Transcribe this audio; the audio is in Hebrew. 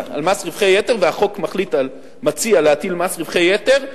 והחוק מציע להטיל מס רווחי יתר.